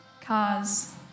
cars